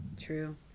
true